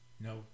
No